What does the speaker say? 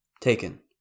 Taken